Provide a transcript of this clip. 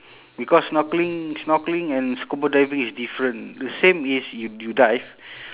because snorkeling snorkeling and scuba diving is different the same is y~ you dive